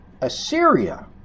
Assyria